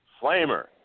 Flamer